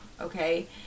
okay